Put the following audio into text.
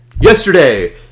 yesterday